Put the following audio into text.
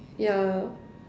yeah